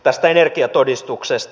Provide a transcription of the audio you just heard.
tästä energiatodistuksesta